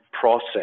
process